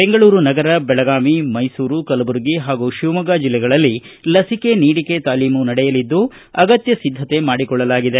ಬೆಂಗಳೂರು ನಗರ ಬೆಳಗಾವಿ ಮೈಸೂರು ಕಲಬುರಗಿ ಹಾಗೂ ಶಿವಮೊಗ್ಗ ಜಿಲ್ಲೆಗಳಲ್ಲಿ ಲಸಿಕೆ ನೀಡಿಕೆ ತಾಲೀಮು ನಡೆಯಲಿದ್ದು ಅಗತ್ಯ ಸಿದ್ದತೆ ಮಾಡಿಕೊಳ್ಳಲಾಗಿದೆ